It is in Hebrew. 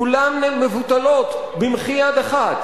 כולן מבוטלות במחי יד אחת.